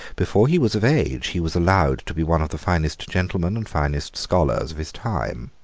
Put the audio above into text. before he was of age, he was allowed to be one of the finest gentlemen and finest scholars of his time.